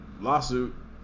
lawsuit